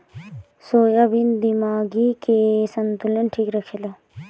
soybean दिमागी के संतुलन ठीक रखेला